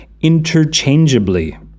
interchangeably